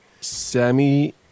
Sammy